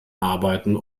arbeiten